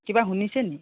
কিবা শুনিছেনি